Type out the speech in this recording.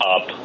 up